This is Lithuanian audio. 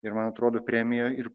ir man atrodo premija ir